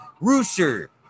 Rooster